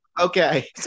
Okay